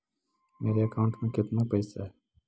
मेरे अकाउंट में केतना पैसा है?